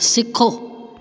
सिखो